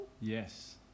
Yes